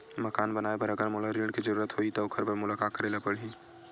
मकान बनाये बर अगर मोला ऋण के जरूरत होही त ओखर बर मोला का करे ल पड़हि?